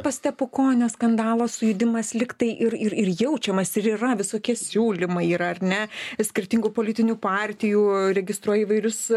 po stepukonio skandalo sujudimas lygtai ir ir ir jaučiamas ir yra visokie siūlymai yra ar ne skirtingų politinių partijų registruoja įvairius